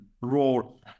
role